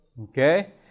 Okay